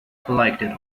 collected